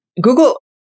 Google